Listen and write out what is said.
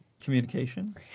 Communication